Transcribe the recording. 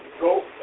go